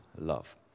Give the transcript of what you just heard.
love